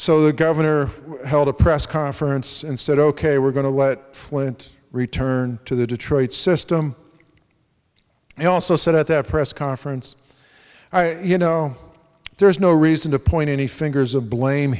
so the governor held a press conference and said ok we're going to let flint return to the detroit system he also said at that press conference you know there's no reason to point any fingers of blame